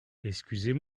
excusez